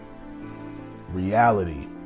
reality